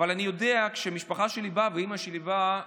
אבל אני יודע שכשהמשפחה שלי באה ואימא שלי באה,